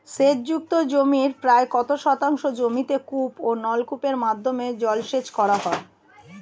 সেচ যুক্ত জমির প্রায় কত শতাংশ জমিতে কূপ ও নলকূপের মাধ্যমে জলসেচ করা হয়?